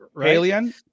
alien